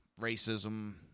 racism